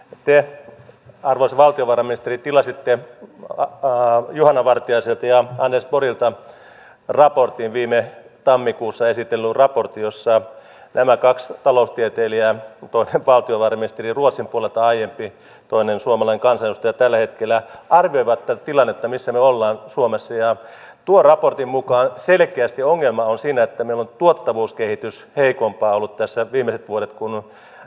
te arvoisa valtiovarainministeri tilasitte juhana vartiaiselta ja anders borgilta viime tammikuussa esitellyn raportin jossa nämä kaksi taloustieteilijää toinen aiempi valtiovarainministeri ruotsin puolelta toinen suomalainen kansanedustaja tällä hetkellä arvioivat tätä tilannetta missä me olemme suomessa ja tuon raportin mukaan selkeästi ongelma on siinä että meillä on tuottavuuskehitys ollut heikompaa tässä viimeiset vuodet kuin kilpailijamaissa